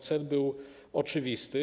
Cel był oczywisty.